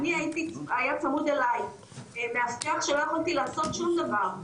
היה צמוד אלי מאבטח שלא יכולתי לעשות שום דבר.